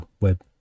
web